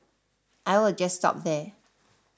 I will just stop there